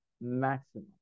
Maximum